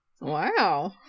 wow